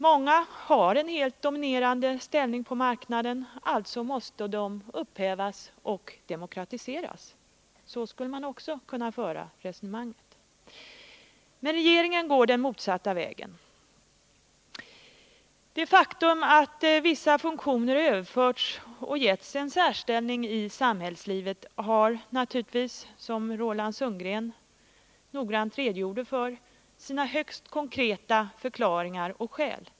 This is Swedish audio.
Många har en helt dominerande ställning på marknaden, alltså måste dessa upphävas, företagen förstatligas och demokratiseras — så skulle man också kunna föra resonemanget. Men regeringen går den motsatta vägen. Det faktum att vissa funktioner överförts och getts en särställning i samhällslivet har naturligtvis, som Roland Sundgren redogjorde för, sina högst konkreta förklaringar och skäl.